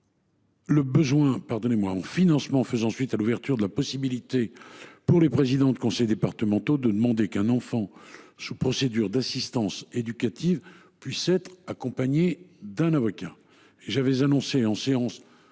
le besoin en financement faisant suite à l’ouverture de la possibilité pour les présidents de conseil départemental de demander qu’un enfant placé sous mesure d’assistance éducative puisse être accompagné d’un avocat.